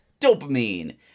Dopamine